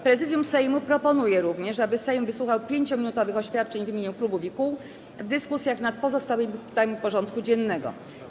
Prezydium Sejmu proponuje również, aby Sejm wysłuchał 5-minutowych oświadczeń w imieniu klubów i kół w dyskusjach nad pozostałymi punktami porządku dziennego.